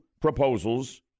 proposals